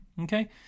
Okay